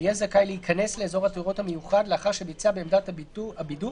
יהיה זכאי להיכנס לאזור התיירות המיוחד לאחר שביצע בעמדת הבידוק